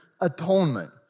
atonement